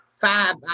five